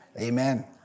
Amen